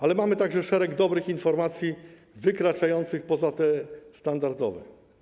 Ale mamy także szereg dobrych informacji, wykraczających poza te standardowe.